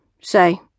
Say